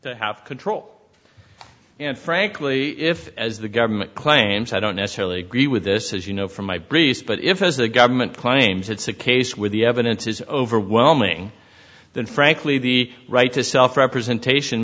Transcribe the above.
have control and frankly if as the government claims i don't necessarily agree with this as you know from my briefs but if as the government claims it's a case where the evidence is overwhelming then frankly the right to self representation